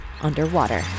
Underwater